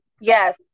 Yes